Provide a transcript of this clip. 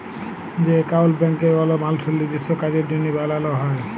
যে একাউল্ট ব্যাংকে কল মালুসের লিজস্য কাজের জ্যনহে বালাল হ্যয়